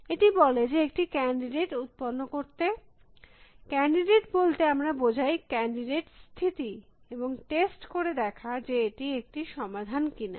এটি বলে যে একটি ক্যানডিডেট উত্পন্ন করতে ক্যানডিডেট বলতে আমরা বোঝাই ক্যানডিডেট স্থিতি এবং টেস্ট করে দেখা যে এটি একটি সমাধান কিনা